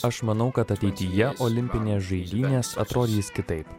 aš manau kad ateityje olimpinės žaidynės atrodys kitaip